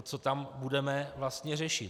Co tam budeme vlastně řešit.